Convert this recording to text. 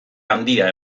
handia